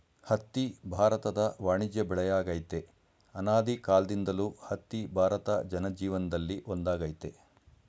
ಹತ್ತಿ ಭಾರತದ ವಾಣಿಜ್ಯ ಬೆಳೆಯಾಗಯ್ತೆ ಅನಾದಿಕಾಲ್ದಿಂದಲೂ ಹತ್ತಿ ಭಾರತ ಜನಜೀವನ್ದಲ್ಲಿ ಒಂದಾಗೈತೆ